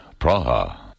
Praha